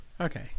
Okay